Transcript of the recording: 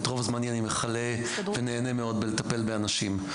את רוב זמני אני מכלה ונהנה מאוד בלטפל באנשים.